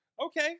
Okay